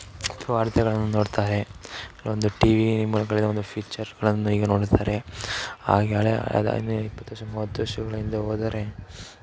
ವಾರ್ತೆಗಳನ್ನು ನೋಡ್ತಾರೆ ಒಂದು ಟಿವಿ ಮೂಲಗಳಿಂದ ಒಂದು ಫಿಚ್ಚರ್ಗಳನ್ನು ಈಗ ನೋಡುತ್ತಾರೆ ಹಾಗೆ ಹಳೆಯ ಆದ ಹಿಂದಿನ ಇಪ್ಪತ್ತು ವರ್ಷ ಮೂವತ್ತು ವರ್ಷಗಳ ಹಿಂದೆ ಹೋದರೆ